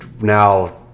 now